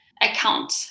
account